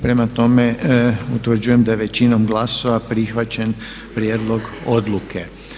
Prema tome, utvrđujem da je većinom glasova prihvaćen prijedlog odluke.